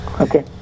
Okay